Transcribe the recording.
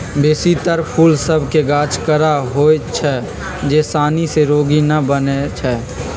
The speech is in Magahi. बेशी तर फूल सभ के गाछ कड़ा होइ छै जे सानी से रोगी न बनै छइ